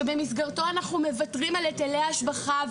שבמסגרתו אנחנו מוותרים על היטלי השבחה,